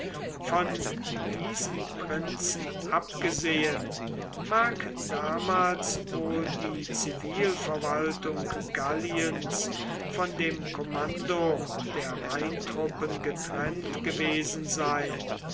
von diesen prinzen abgesehen mag damals wohl die zivilverwaltung galliens von dem kommando der rheintruppen getrennt gewesen sein